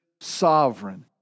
sovereign